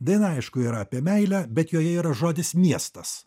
daina aišku yra apie meilę bet joje yra žodis miestas